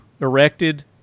erected